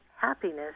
happiness